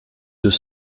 deux